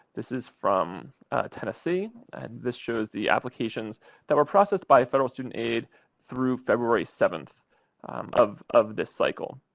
this is from tennessee. and this shows the applications that were processed by federal student aid through february seventh of of this cycle.